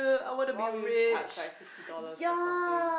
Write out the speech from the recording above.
why would you charge by fifty dollars for something